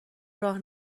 راه